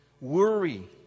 worry